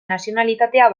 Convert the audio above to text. nazionalitatea